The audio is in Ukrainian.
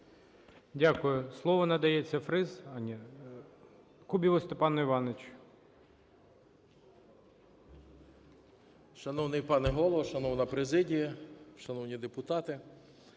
Дякую. Слово надається Фріз. А, ні, Кубіву Степану Івановичу.